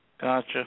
Gotcha